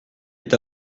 est